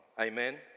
Amen